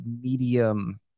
medium